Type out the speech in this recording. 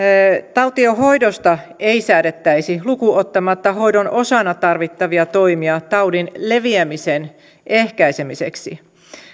tautien hoidosta ei säädettäisi lukuun ottamatta hoidon osana tarvittavia toimia taudin leviämisen ehkäisemiseksi